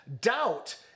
Doubt